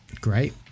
great